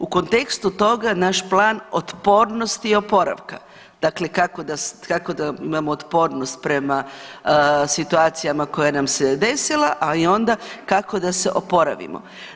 U kontekstu toga naš Plan otpornosti i oporavka dakle kako da vam otpornost prema situacijama koja nam se desila, ali onda kako da se oporavimo.